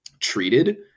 treated